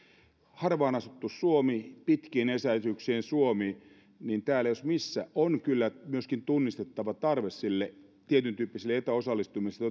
harvaan asuttu suomi pitkien etäisyyksien suomi täällä jos missä on kyllä myöskin tunnistettava tarve sille tietyntyyppiselle etäosallistumiselle